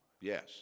Yes